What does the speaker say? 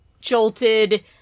jolted